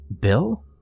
Bill